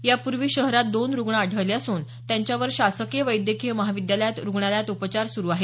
यापूर्वी शहरात दोन रूग्ण आढळले असून त्यांच्यावर शासकीय वैद्यकीय महाविद्यालयात रूग्णालयात उपचार सुरू आहेत